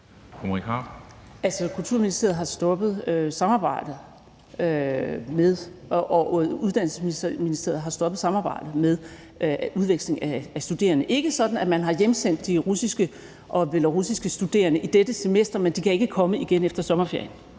Uddannelsesministeriet har stoppet samarbejdet om udveksling af studerende. Det er ikke sådan, at man har hjemsendt de russiske og belarussiske studerende i dette semester, men de kan ikke komme igen efter sommerferien.